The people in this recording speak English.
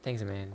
thanks man